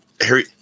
Harry